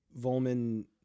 Volman